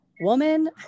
woman